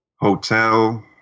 Hotel